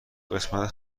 قسمت